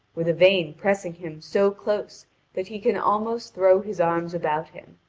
with yvain pressing him so close that he can almost throw his arm about him,